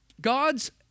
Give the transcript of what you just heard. God's